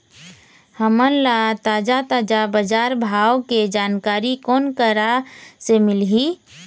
हमन ला ताजा ताजा बजार भाव के जानकारी कोन करा से मिलही?